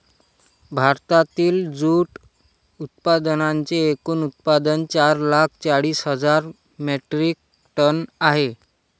भारतातील जूट उत्पादनांचे एकूण उत्पादन चार लाख चाळीस हजार मेट्रिक टन आहे